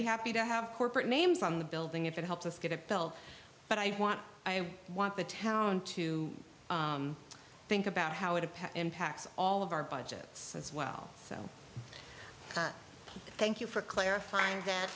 be happy to have corporate names on the building if it helps us get it built but i want i want the town to think about how it a path impacts all of our budgets as well so thank you for clarifying that